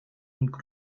und